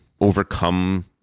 overcome